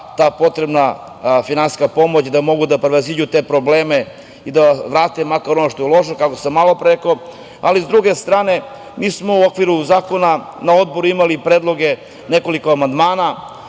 da potrebna finansijska pomoć, da mogu da prevaziđu te probleme i da vrate ono što je uloženo, kako sam malopre rekao, ali sa druge strane, mi smo u okviru zakona na Odboru imali predloge, nekoliko amandmana,